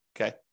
okay